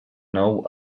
nou